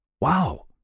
Wow